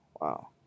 Wow